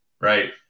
right